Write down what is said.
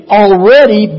already